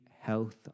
health